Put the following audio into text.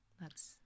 thats